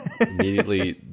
immediately